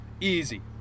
easy